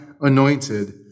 anointed